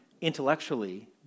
intellectually